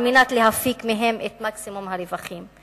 כדי להפיק מהן את מקסימום הרווחים.